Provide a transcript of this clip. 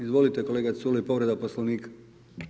Izvolite kolega Culej povreda Poslovnika.